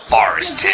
Forest